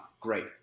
great